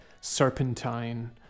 Serpentine